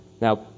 Now